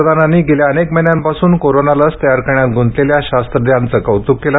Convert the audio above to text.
पंतप्रधानांनी गेल्या अनेक महिन्यांपासून कोरोना लस तयार करण्यात गुंतलेल्या शास्त्रज्ञांचे कौतूक केले